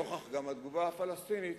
גם לנוכח התגובה הפלסטינית,